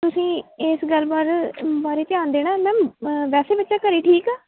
ਤੁਸੀਂ ਇਸ ਗੱਲ ਬਾਰ ਬਾਰੇ ਧਿਆਨ ਦੇਣਾ ਮੈਮ ਵੈਸੇ ਬੱਚਾ ਘਰ ਠੀਕ ਆ